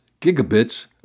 gigabits